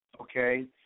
Okay